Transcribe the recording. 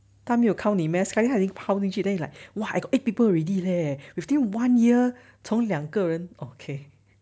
但没有 count 你 meh sekali 他已经泡进去 then like !wah! I got eight people already leh within one year 从两个人 okay